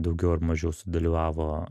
daugiau ar mažiau sudalyvavo